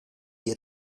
hier